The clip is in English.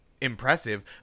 impressive